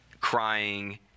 crying